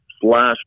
slash